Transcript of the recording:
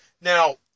Now